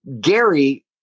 gary